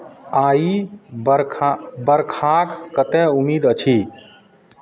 आइ बरखा बरखाक कतेक उम्मीद अछि